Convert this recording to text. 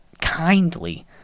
kindly